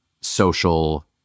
social